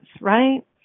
right